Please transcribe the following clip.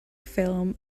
ffilm